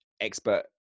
expert